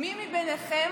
מי מבינכם